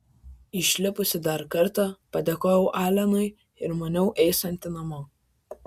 išlipusi dar kartą padėkojau alenui ir maniau eisianti namo